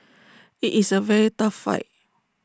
IT is A very tough fight